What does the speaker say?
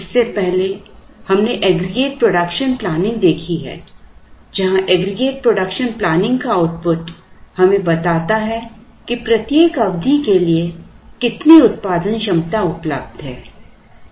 इससे पहले हमने एग्रीगेट प्रोडक्शन प्लानिंग देखी है जहाँ एग्रीगेट प्रोडक्शन प्लानिंग का आउटपुट हमें बताता है कि प्रत्येक अवधि के लिए कितनी उत्पादन क्षमता उपलब्ध है